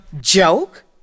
Joke